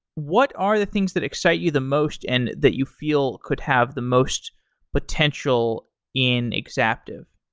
what are the things that excite you the most and that you feel could have the most potential in exaptive?